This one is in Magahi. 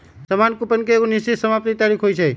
सामान्य कूपन के एगो निश्चित समाप्ति तारिख होइ छइ